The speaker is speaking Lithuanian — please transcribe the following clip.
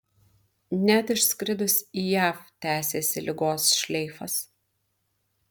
net išskridus į jav tęsėsi ligos šleifas